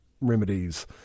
remedies